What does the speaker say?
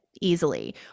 easily